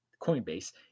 Coinbase